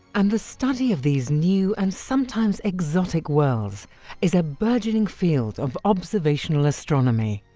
and the study of these new and sometimes exotic worlds is a burgeoning field of observational astronomy.